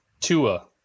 Tua